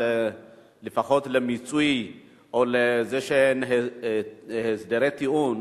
לפחות למיצוי או לזה שאין הסדרי טיעון,